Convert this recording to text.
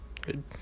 good